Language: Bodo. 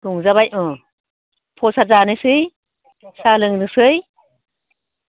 रंजाबाय अ फ्रसाद जानोसै साहा लोंनोसै